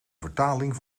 vertaling